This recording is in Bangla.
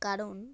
কারণ